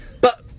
But-